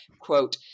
quote